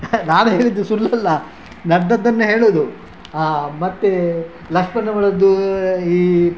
ನಾನು ಹೇಳಿದ್ದು ಸುಳ್ಳಲ್ಲ ನಡೆದದ್ದನ್ನೇ ಹೇಳುವುದು ಮತ್ತೆ ಲಕ್ಷ್ಮಣ ಫಲದ್ದು ಈ